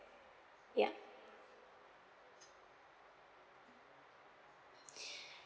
ya